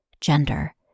gender